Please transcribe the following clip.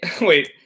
Wait